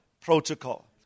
protocol